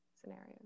scenarios